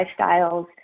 lifestyles